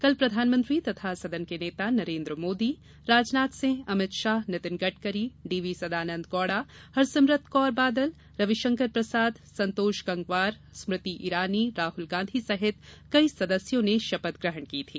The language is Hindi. कल प्रधानमंत्री तथा सदन के नेता नरेन्द्र मोदी राजनाथ सिंह अमित शाह नितिन गडकरी डीवी सदानन्द गौड़ा हरसिमरत कौर बादल रविशंकर प्रसाद संतोष गंगवार स्मृति ईरानी राहुल गांधी सहित कई सदस्यों ने शपथ ग्रहण की थी